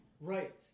Right